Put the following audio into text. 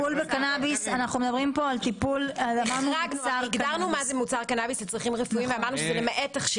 מוצר שיוצא מהמגדל לבין מוצר שנכנס כחומר גלם למפעל.